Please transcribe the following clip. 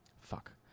fuck